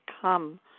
come